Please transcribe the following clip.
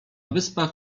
wyspach